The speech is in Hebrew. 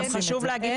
חשוב להגיד.